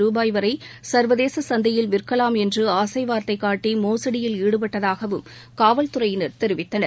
ரூபாய்வரை சர்வதேச சந்தையில் விற்கலாம் என்று ஆசை வார்த்தை காட்டி மோசடியில் ஈடுபட்டதாகவும் காவல்துறையினர் தெரிவித்தனர்